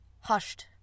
hushed